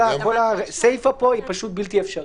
כל הסיפה כאן, בעינינו היא פשוט בלתי אפשרית.